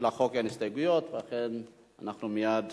לחוק אין הסתייגויות, לכן אנחנו מייד